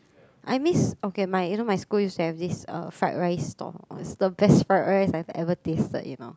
I miss okay my you know my school used to have to this uh fried rice stall it's the best fried rice I've ever tasted you know